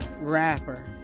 rapper